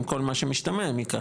עם כל מה שמשתמע מכך,